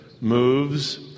moves